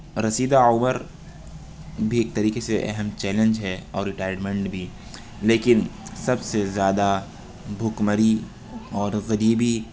رسیدہ عمر بھی ایک طریقے سے اہم چیلنج ہے اور ریٹائرمنٹ بھی لیکن سب سے زیادہ بھوک مری اور غریبی